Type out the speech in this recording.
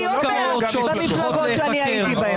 ואתם לאט-לאט מגלים שבפייקים לא מנהלים מדינה,